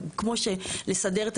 ב-2026 כולם יוכלו לקבוע